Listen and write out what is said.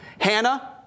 Hannah